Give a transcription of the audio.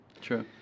True